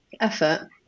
effort